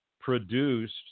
produced